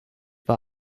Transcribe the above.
war